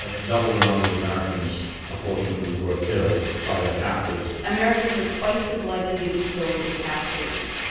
ah double the number of americans proportionately were killed by their captors americans are twice as likely to be killed in captivity.